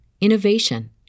innovation